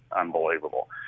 unbelievable